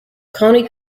county